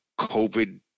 COVID